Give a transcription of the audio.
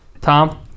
Tom